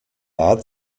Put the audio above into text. art